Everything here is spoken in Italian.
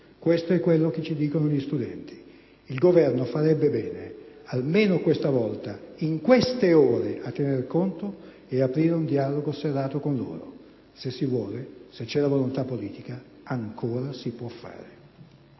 questo è quanto ci dicono gli studenti. Il Governo farebbe bene, almeno stavolta, in queste ore, a tenere conto ed aprire un dialogo serrato con loro. Se si vuole, se c'è la volontà politica, ancora si può fare.